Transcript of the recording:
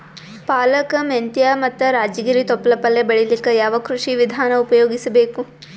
ಪಾಲಕ, ಮೆಂತ್ಯ ಮತ್ತ ರಾಜಗಿರಿ ತೊಪ್ಲ ಪಲ್ಯ ಬೆಳಿಲಿಕ ಯಾವ ಕೃಷಿ ವಿಧಾನ ಉಪಯೋಗಿಸಿ ಬೇಕು?